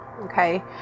okay